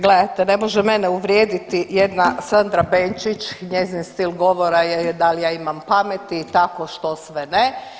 Gledajte ne može mene uvrijediti jedna Sandra Benčić, njezin stil govora je da li ja imam pameti i tako što sve ne.